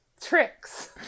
tricks